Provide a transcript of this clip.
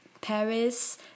Paris